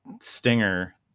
stinger